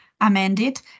amended